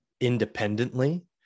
independently